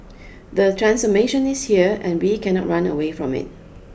the transformation is here and we cannot run away from it